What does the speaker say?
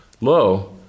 low